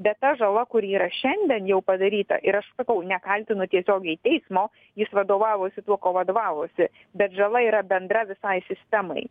bet ta žala kuri yra šiandien jau padaryta ir aš sakau nekaltinu tiesiogiai teismo jis vadovavosi tuo ko vadovavosi bet žala yra bendra visai sistemai